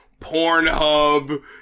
Pornhub